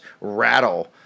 rattle